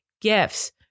gifts